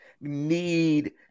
need